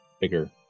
Bigger